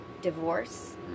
Divorce